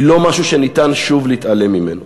היא לא משהו שאפשר שוב להתעלם ממנו.